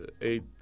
eight